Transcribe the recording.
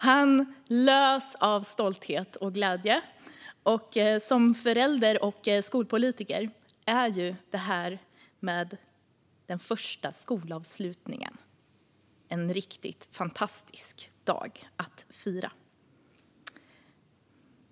Han lyste av stolthet och glädje, och för en förälder och skolpolitiker är ju den första skolavslutningen en riktigt fantastisk dag att fira.